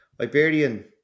Iberian